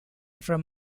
from